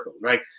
Right